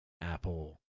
apple